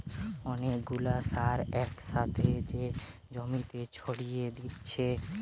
অনেক গুলা সার এক সাথে যে জমিতে ছড়িয়ে দিতেছে